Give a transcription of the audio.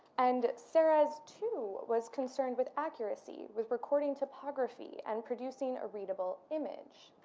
and serres too was concerned with accuracy with recording topography and producing a readable image.